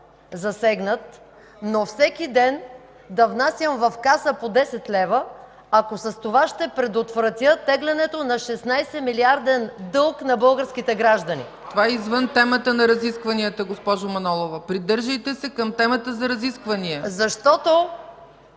засегнат, но всеки ден да внасям в каса по 10 лв., ако с това ще предотвратя тегленето на 16-милиарден дълг на българските граждани. ПРЕДСЕДАТЕЛ ЦЕЦКА ЦАЧЕВА: Това е извън темата на разискванията, госпожо Манолова. Придържайте се към темата за разисквания. МАЯ